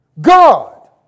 God